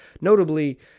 notably